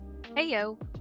Heyo